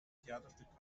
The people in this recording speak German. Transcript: theaterstück